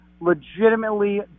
legitimately